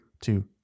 two